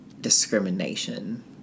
discrimination